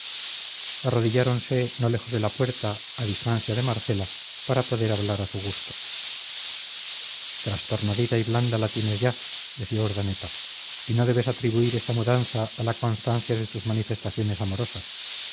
recogimiento arrodilláronse no lejos de la puerta a distancia de marcela para poder hablar a su gusto trastornadita y blanda la tienes ya decía urdaneta y no debes atribuir esta mudanza a la constancia de tus manifestaciones amorosas